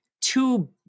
two